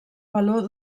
valor